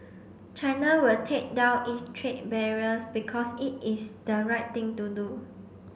China will take down its trade barriers because it is the right thing to do